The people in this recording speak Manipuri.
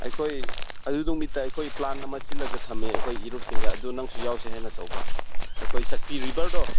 ꯑꯩꯈꯣꯏ ꯑꯗꯨ ꯅꯨꯃꯤꯠꯇ ꯑꯩꯈꯣꯏ ꯄ꯭ꯂꯥꯟ ꯑꯃ ꯁꯤꯜꯂꯒ ꯊꯝꯃꯦ ꯑꯩꯈꯣꯏ ꯏꯔꯨꯞꯁꯤꯡꯒ ꯑꯗꯨ ꯅꯪꯁꯨ ꯌꯥꯎꯁꯦ ꯍꯥꯏꯅ ꯇꯧꯕ ꯑꯩꯈꯣꯏ ꯆꯥꯛꯄꯤ ꯔꯤꯕꯔꯗꯣ